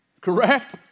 Correct